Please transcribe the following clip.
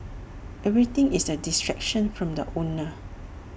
everything is A distraction from the owner